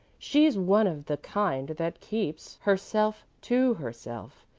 she's one of the kind that keeps herself to herself.